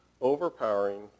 overpowering